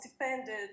depended